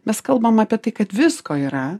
mes kalbam apie tai kad visko yra